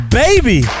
baby